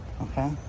okay